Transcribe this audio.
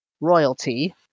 royalty